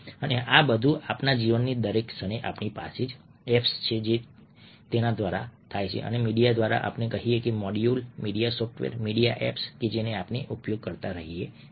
અને આ બધું આપણા જીવનની દરેક ક્ષણે આપણી પાસે જે એપ્સ છે તેના દ્વારા થાય છે મીડિયા દ્વારા આપણે કહીએ કે module media software media apps કે જેનો આપણે ઉપયોગ કરતા રહીએ છીએ